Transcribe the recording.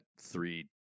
three